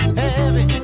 heavy